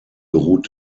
beruht